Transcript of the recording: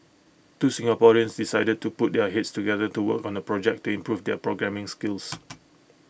two Singaporeans decided to put their heads together to work on A project to improve their programming skills